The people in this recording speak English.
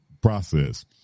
process